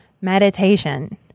meditation